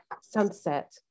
sunset